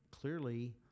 clearly